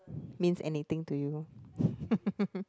means anything to you